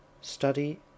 Study